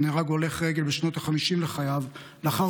נהרג הולך רגל בשנות החמישים לחייו לאחר